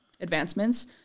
advancements